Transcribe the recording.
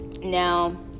Now